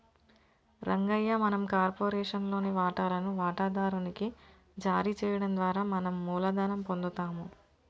రంగయ్య మనం కార్పొరేషన్ లోని వాటాలను వాటాదారు నికి జారీ చేయడం ద్వారా మనం మూలధనం పొందుతాము